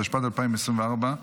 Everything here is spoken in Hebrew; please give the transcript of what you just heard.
התשפ"ד 2024,